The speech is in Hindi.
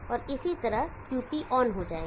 तो इसी तरह QP ऑन हो जाएगा